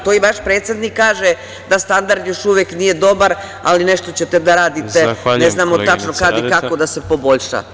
To i vaš predsednik kaže, da standard još uvek nije dobar, ali nešto da ćete da radite, ne znamo tačno kada i kako da se poboljša.